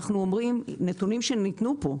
אנחנו אומרים נתונים שניתנו פה,